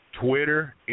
Twitter